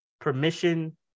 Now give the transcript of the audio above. permission